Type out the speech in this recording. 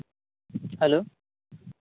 hello